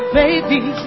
baby